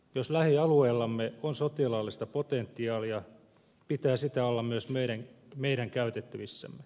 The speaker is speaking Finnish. jos lähialueellamme on sotilaallista potentiaalia pitää sitä olla myös meidän käytettävissämme